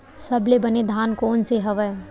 सबले बने धान कोन से हवय?